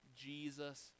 Jesus